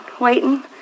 waiting